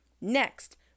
next